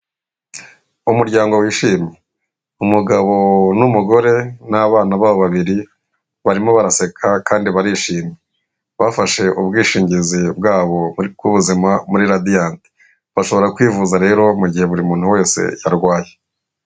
Umuryango wishimye. Umugabo n'umugore n'abana babo babiri barimo baraseka kandi barishimye, bafashe ubwishingizi bwabo bw'ubuzima muri radiyanti. Bashobora kwivuza rero mu gihe buri muntu wese yarwaye.